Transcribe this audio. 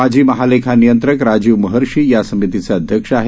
माजी महालेखा नियंत्रक राजीव महर्षी या समितीचे अध्यक्ष आहेत